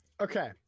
okay